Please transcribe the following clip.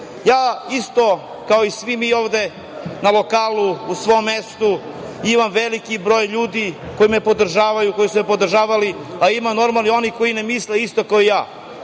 nama. Isto kao i svi mi ovde na lokalu, u svom mestu, imam veliki broj ljudi koji me podržavaju, koji su me podržavali. Normalno ima i onih koji ne misle isto kao ja.